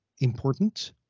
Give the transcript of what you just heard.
important